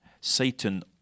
Satan